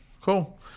cool